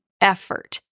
effort